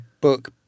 book